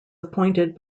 appointed